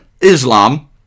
Islam